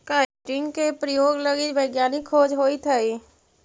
chitin के प्रयोग लगी वैज्ञानिक खोज होइत हई